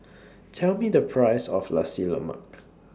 Tell Me The Price of Nasi Lemak